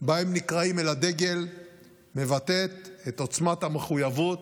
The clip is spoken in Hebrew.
שבה הם נקראים אל הדגל מבטאת את עוצמת המחויבות,